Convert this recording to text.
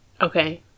Okay